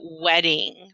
wedding